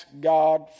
God